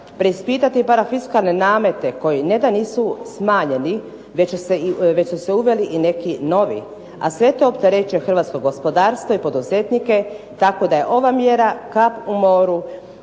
preispitati parafiskalne namete koji ne da nisu smanjeni, već su se i uveli neki novi, a sve to opterećuje Hrvatsko gospodarstvo i poduzetnike tako da je ova mjera kap u moru